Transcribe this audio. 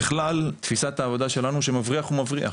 ככלל, תפיסת העבודה שלנו שמבריח הוא מבריח: